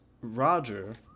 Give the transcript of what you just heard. Roger